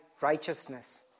righteousness